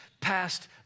past